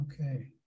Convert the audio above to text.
Okay